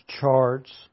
charts